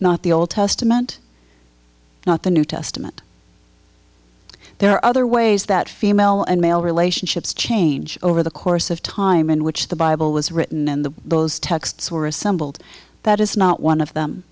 not the old testament not the new testament there are other ways that female and male relationships change over the course of time in which the bible was written and the those texts were assembled that is not one of them